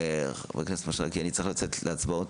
חבר הכנסת מישרקי, אני צריך לצאת להצבעות.